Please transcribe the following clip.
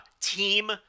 Team